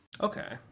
Okay